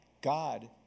God